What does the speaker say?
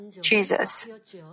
Jesus